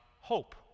hope